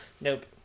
Nope